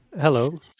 Hello